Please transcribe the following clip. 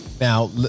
Now